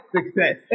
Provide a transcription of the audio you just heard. Success